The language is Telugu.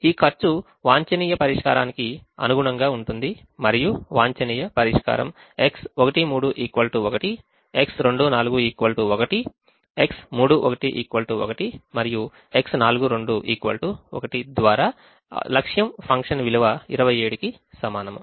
ఈ ఖర్చు వాంఛనీయ పరిష్కారానికి అనుగుణంగా ఉంటుంది మరియు వాంఛనీయ పరిష్కారం X13 1 X24 1 X31 1 మరియు X42 1 ద్వారా లక్ష్యం ఫంక్షన్ విలువ 27 కి సమానం